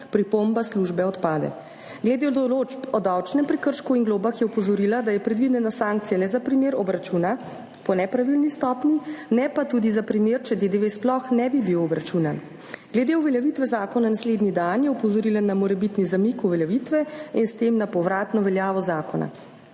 pripomba službe odpade. Glede določb o davčnem prekršku in globah je opozorila, da je predvidena sankcija le za primer obračuna po nepravilni stopnji, ne pa tudi za primer, če DDV sploh ne bi bil obračunan. Glede uveljavitve zakona naslednji dan je opozorila na morebitni zamik uveljavitve in s tem na povratno veljavo zakona.